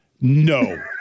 no